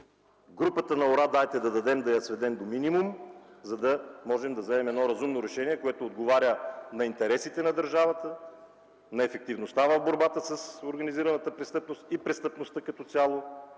Групата на „Ура, дайте да дадем!” да я сведем до минимум, за да можем да вземем едно разумно решение, което отговаря на интересите на държавата, на ефективността на борбата с организираната престъпност и престъпността като цяло,